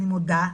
אני מודה,